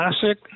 classic